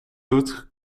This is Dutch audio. doet